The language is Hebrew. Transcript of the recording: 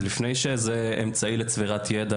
לפני שהיא אמצעי לצבירת ידע,